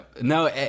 no